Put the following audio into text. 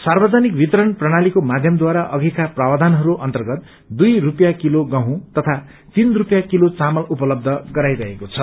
सार्वजनिक वितरण प्रणालीको माध्यमद्वारा अधिका प्रावधानहरू अन्तर्गत दुइ रुपियाँ किलो गहूँ तथा तीन रुपियाँ किलो चामल उपलब्ध गराइरहेको छ